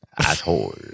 asshole